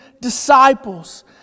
disciples